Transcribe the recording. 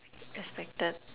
expected